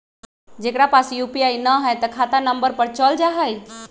जेकरा पास यू.पी.आई न है त खाता नं पर चल जाह ई?